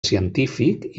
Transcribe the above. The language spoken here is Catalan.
científic